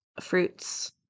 fruits